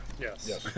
Yes